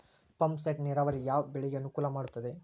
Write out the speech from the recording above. Pump set ನೇರಾವರಿ ಯಾವ್ ಬೆಳೆಗೆ ಅನುಕೂಲ ಮಾಡುತ್ತದೆ?